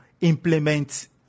implement